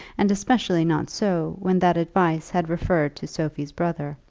and especially not so when that advice had reference to sophie's brother.